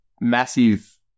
massive